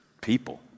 people